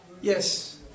Yes